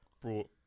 Brought